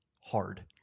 Hard